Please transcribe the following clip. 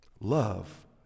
Love